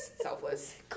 selfless